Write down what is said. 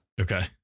Okay